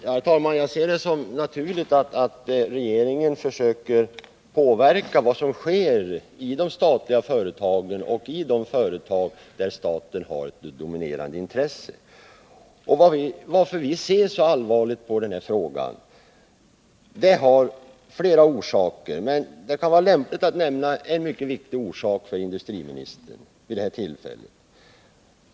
Herr talman! Jag ser det som naturligt att regeringen försöker påverka vad som sker i de företag som staten äger eller har ett dominerande intresse i. Att vi ser så allvarligt på den här frågan har flera orsaker, men det kan vara lämpligt att nämna en mycket viktig orsak för industriministern vid det här tillfället.